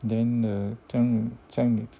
then err 这样这样